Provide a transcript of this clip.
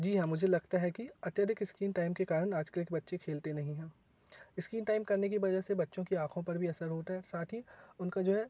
जी हाँ मुझे लगता है कि अत्यधिक इस्कीन टैम के कारण आज के एक बच्चे खेलते नहीं हैं इस्कीन टैम करने के वजह से बच्चों के आँखों पर भी असर होता है साथ ही उनका जो है